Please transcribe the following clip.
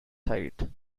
site